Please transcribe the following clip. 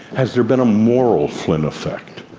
has there been a moral flynn effect?